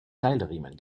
keilriemen